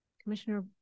Commissioner